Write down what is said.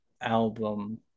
album